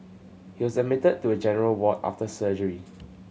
he was admitted to a general ward after surgery